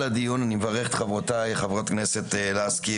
אני רוצה להפנות שני דברים בהקשר הזה.